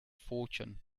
fortune